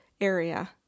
area